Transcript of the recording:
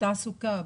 תעסוקה,